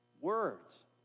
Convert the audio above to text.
words